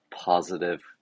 positive